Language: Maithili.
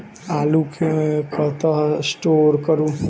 आलु केँ कतह स्टोर करू?